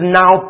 now